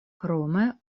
krome